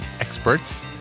experts